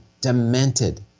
demented